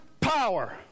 power